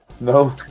No